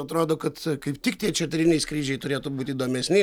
atrodo kad kaip tik tie čarteriniai skrydžiai turėtų būti įdomesni